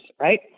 right